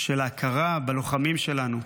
של ההכרה בלוחמים שלנו,